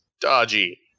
dodgy